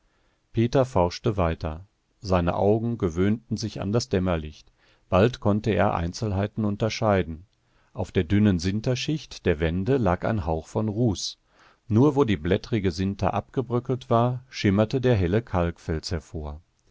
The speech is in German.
peter forschte weiter seine augen gewöhnten sich an das dämmerlicht bald konnte er einzelheiten unterscheiden auf der dünnen sinterschicht der wände lag ein hauch von ruß nur wo der blättrige sinter abgebröckelt war schimmerte der helle kalkfels hervor